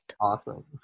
awesome